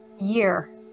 year